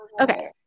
Okay